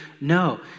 no